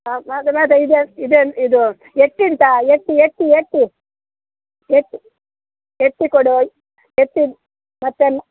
ಅದು ಬೇಡ ಇದು ಇದೇನು ಇದು ಎಟ್ಟಿ ಉಂಟಾ ಎಟ್ಟಿ ಎಟ್ಟಿ ಎಟ್ಟಿ ಎಟ್ಟಿ ಎಟ್ಟಿ ಕೊಡಿ ಹೋಯ್ ಎಟ್ಟಿ ಮತ್ತೇನು